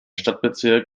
stadtbezirk